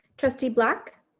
trustee black.